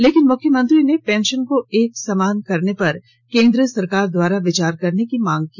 लेकिन मुख्यमंत्री ने पेंशन को एक समान करने पर केंद्र सरकार द्वारा विचार करने की मांग की